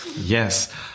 Yes